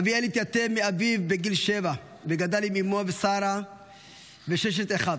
אביאל התייתם מאביו בגיל שבע וגדל עם אימו שרה וששת אחיו.